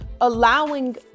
allowing